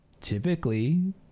typically